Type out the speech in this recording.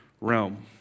realm